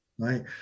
Right